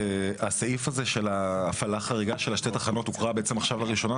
הסעיף הזה של ההפעלה החריגה של שתי התחנות הוקרא עכשיו לראשונה,